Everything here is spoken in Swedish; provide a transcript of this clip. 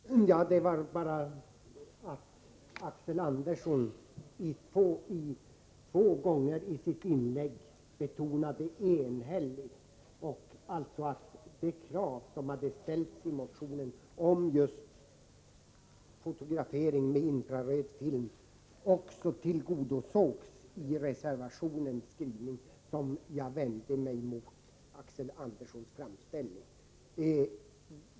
Herr talman! Det var med anledning av att Axel Andersson två gånger i sitt inlägg betonade att det var ett enhälligt utskott som hade avstyrkt motionen och att han inte noterade att det krav på flygfotografering med infraröd film som hade ställts i motionen tillgodosågs i reservationens skrivning som jag vände mig mot Axel Anderssons framställning.